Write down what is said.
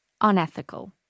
unethical